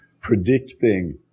predicting